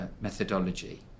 methodology